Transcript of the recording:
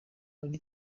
muri